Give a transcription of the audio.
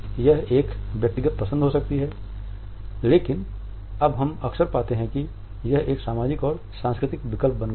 यह एक व्यक्तिगत पसंद हो सकती है लेकिन अब हम अक्सर पाते हैं कि यह एक सामाजिक और सांस्कृतिक विकल्प बन गया है